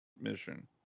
mission